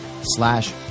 slash